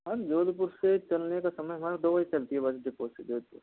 हाँ जी जोधपुर से चलने का समय हमारा दो बजे चलती है बस डिपो से जोधपुर